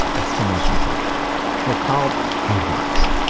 exclamation point they're called endmarks.